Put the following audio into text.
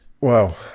Wow